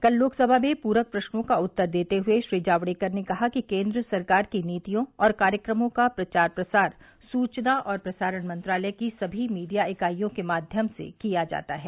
कल लोकसभा में पूरक प्रश्नों का उत्तर देते हुए श्री जावड़ेकर ने कहा कि केंद्र सरकार की नीतियों और कार्यक्रमों का प्रचार प्रसार सुचना और प्रसारण मंत्रालय की सभी मीडिया इकाईयों के माध्यम से किया जाता है